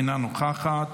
אינה נוכחת,